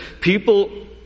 people